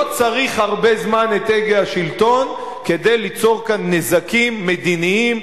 לא צריך הרבה זמן את הגה השלטון כדי ליצור כאן נזקים מדיניים,